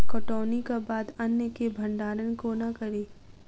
कटौनीक बाद अन्न केँ भंडारण कोना करी?